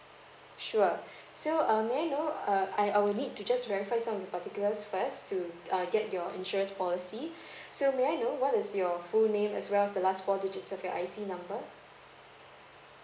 sure so um may I know uh I I will need to just verify some of your particulars first to uh get your insurance policy so may I know what is your full name as well as the last four digits of your I_C number